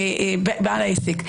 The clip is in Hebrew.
בעל העסק.